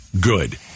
good